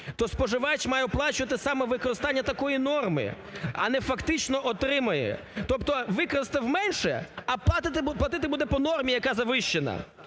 то споживач має оплачувати саме використання такої норми, а не фактично отримає. Тобто використав менше – а платити буде по нормі, яка завищена.